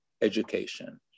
education